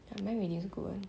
your mind reading's a good one